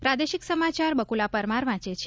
પ્રાદેશિક સમાચાર બ્કુલા પરમાર વાંચે છે